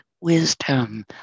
wisdom